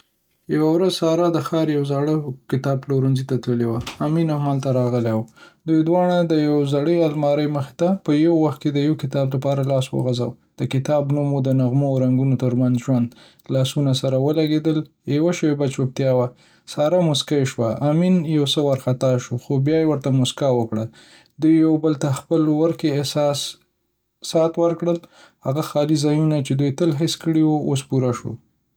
یوه ورځ سارا د ښار یوه زاړه کتاب پلورنځي ته تللې وه،. امین هم هلته راغلی و،. دوی دواړه، یوه زړې المارۍ مخې ته، په یو وخت د یوه کتاب لپاره لاس وغځاوه. دا کتاب و: "د نغمو او رنګونو ترمنځ ژوند." لاسونه سره ولګېدل. یوه شېبه چوپتیا... سارا موسکی شوه. امین یو څه وارخطا شو، خو بیا ورته موسکا وکړه. دوی یو بل ته خپل ورکې احساسات ورکړل. هغه خالي ځایونه چې دوی تل حس کړي وو، اوس پوره شوي وو.